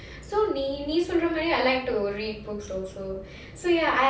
so நீ நீ சொல்ற மாதிரி:nee soldra maadhiri I like to read books also